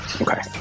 Okay